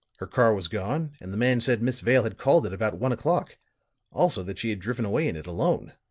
her car was gone, and the man said miss vale had called it about one o'clock also that she had driven away in it alone.